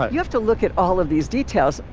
but you have to look at all of these details.